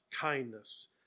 kindness